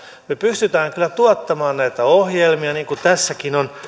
me pystymme kyllä tuottamaan näitä ohjelmia niin kuin tässäkin on